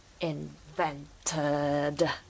invented